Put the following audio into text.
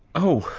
oh,